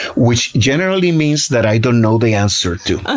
which generally means that i don't know the answer to.